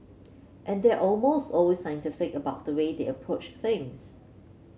and they are almost always scientific about the way they approach things